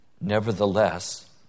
Nevertheless